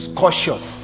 cautious